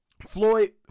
Floyd